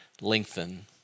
lengthen